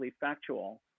factual